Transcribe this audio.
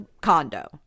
condo